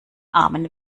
armen